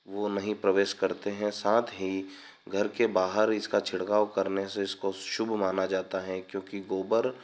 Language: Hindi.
वह नहीं प्रवेश करते हैं साथ ही घर के बाहर इसका छिड़काव करने से इसको शुभ माना जाता है क्योंकि गोबर